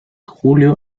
julio